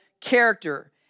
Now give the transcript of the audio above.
character